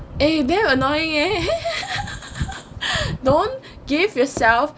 eh damn annoying eh don't give yourself